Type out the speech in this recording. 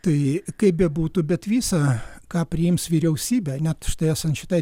tai kaip bebūtų bet visa ką priims vyriausybė net štai esant šitai